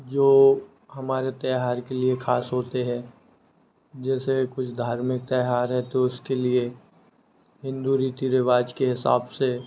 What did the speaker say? जो हमारे तेहार के लिए ख़स होते हैं जैसे कुछ धार्मिक तेहार है तो उसके लिए हिन्दू रीति रिवाज के हिसाब से